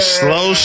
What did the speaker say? slow